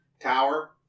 tower